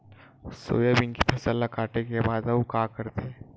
Soybean के फसल ल काटे के बाद आऊ का करथे?